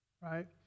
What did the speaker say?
Right